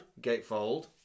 Gatefold